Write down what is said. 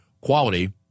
quality